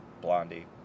Blondie